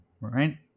Right